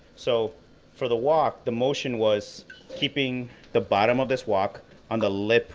so for the wok, the motion was keeping the bottom of this wok on the lip